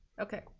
okay